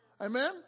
Amen